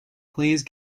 please